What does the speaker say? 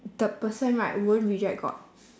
the person right won't reject god